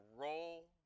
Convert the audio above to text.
roll